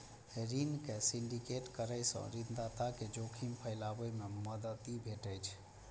ऋण के सिंडिकेट करै सं ऋणदाता कें जोखिम फैलाबै मे मदति भेटै छै